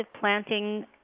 planting